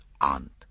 aunt